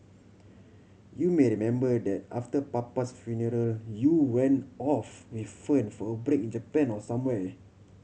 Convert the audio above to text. you may remember that after papa's funeral you went off with Fern for a break in Japan or somewhere